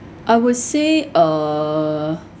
I would say uh